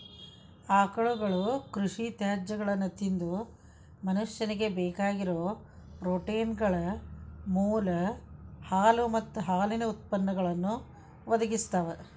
ಆಕಳುಗಳು ಕೃಷಿ ತ್ಯಾಜ್ಯಗಳನ್ನ ತಿಂದು ಮನುಷ್ಯನಿಗೆ ಬೇಕಾಗಿರೋ ಪ್ರೋಟೇನ್ಗಳ ಮೂಲ ಹಾಲು ಮತ್ತ ಹಾಲಿನ ಉತ್ಪನ್ನಗಳನ್ನು ಒದಗಿಸ್ತಾವ